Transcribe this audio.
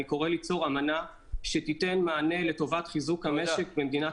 ואני קורא ליצור אמנה שתיתן מענה לטובת חיזוק המשק במדינת